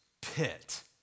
pit